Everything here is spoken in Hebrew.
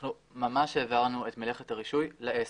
אנחנו ממש העברנו את מלאכת הרישוי לעסק.